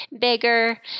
bigger